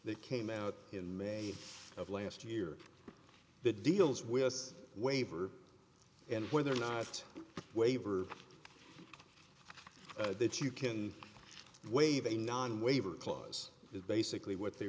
they came out in may of last year that deals with waiver and whether or not waiver that you can waive a non waiver clause is basically what they